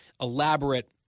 elaborate